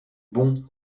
bon